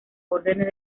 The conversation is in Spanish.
órdenes